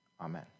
Amen